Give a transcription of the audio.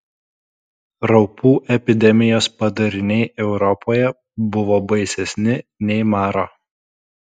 raupų epidemijos padariniai europoje buvo baisesni nei maro